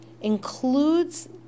includes